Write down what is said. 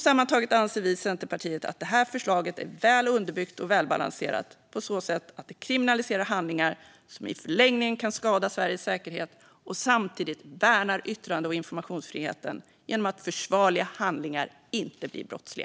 Sammantaget anser vi i Centerpartiet att förslaget är väl underbyggt och välbalanserat på så sätt att det kriminaliserar handlingar som i förlängningen kan skada Sveriges säkerhet och samtidigt värnar yttrande och informationsfriheten genom att försvarliga handlingar inte blir brottsliga.